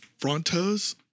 frontos